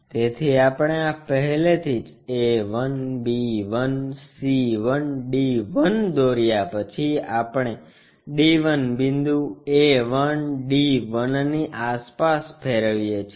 તેથી આપણે આ પહેલેથી જ a 1 b 1 c 1 d 1 દોર્યા પછી આપણે d 1 બિંદુ a 1 d 1 ની આસપાસ ફેરવીએ છીએ